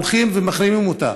הולכים ומחרימים אותה,